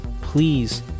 Please